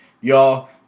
Y'all